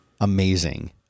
amazing